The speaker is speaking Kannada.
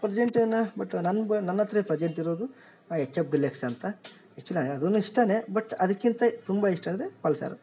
ಪರ್ಜೆಂಟೇನ ಬಟ್ ನನ್ನ ಬ ನನ್ನತ್ರ ಪ್ರಜೆಂಟ್ ಇರೋದು ಎಚ್ ಎಫ್ ಡಿಲೆಕ್ಸ್ ಅಂತ ಅಕ್ಚುಲಿ ಅದೂ ಇಷ್ಟಾನೇ ಬಟ್ ಅದಕ್ಕಿಂತ ತುಂಬ ಇಷ್ಟ ಅಂದರೆ ಪಲ್ಸರ್